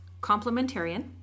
complementarian